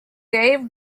dave